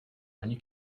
ani